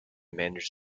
manage